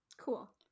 cool